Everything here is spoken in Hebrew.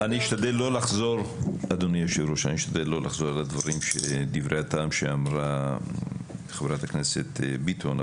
אני אשתדל לא לחזור על דברי הטעם שאמרה חברת הכנסת ביטון,